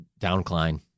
downcline